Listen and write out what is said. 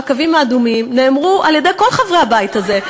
והקווים האדומים נאמרו על-ידי כל חברי הבית הזה,